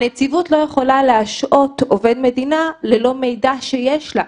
הנציבות לא יכולה להשעות עובד מדינה ללא מידע שיש לה.